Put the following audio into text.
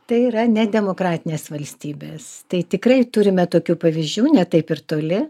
tai yra nedemokratinės valstybės tai tikrai turime tokių pavyzdžių ne taip ir toli